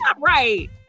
Right